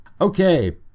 Okay